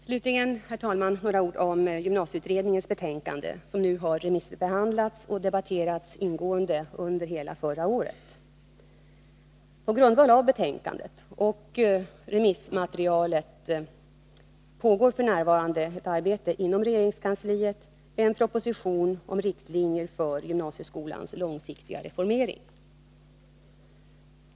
Slutligen, herr talman, några ord om gymnasieutredningens betänkande, som nu har remissbehandlats och debatterats ingående under hela förra året. På grundval av betänkandet och remissmaterialet pågår f. n. ett arbete inom regeringskansliet med en proposition om riktlinjer för gymnasieskolans långsiktiga reformering.